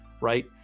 right